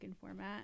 format